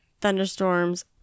thunderstorms